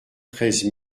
treize